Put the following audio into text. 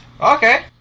Okay